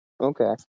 Okay